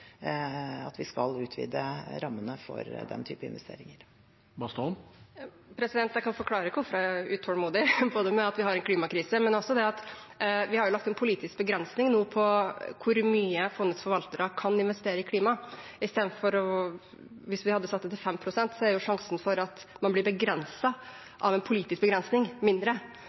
at vi skal utvide rammene for den type investeringer. Jeg kan forklare hvorfor jeg er utålmodig. Det er både fordi vi har en klimakrise, og fordi vi nå har lagt en politisk begrensning på hvor mye fondets forvaltere kan investere i klima. Hvis vi setter den til 5 pst., er sjansen for at man blir begrenset av en politisk begrensning, mindre